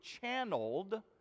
channeled